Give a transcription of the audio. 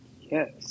yes